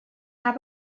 hab